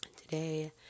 Today